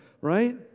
right